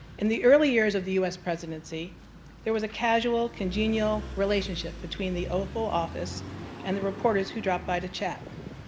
in the earlier years of the u s. presidency there was a casual congenial relationship between the oval office and the reporters who dropped by to chat.